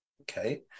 Okay